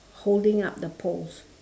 holding up the poles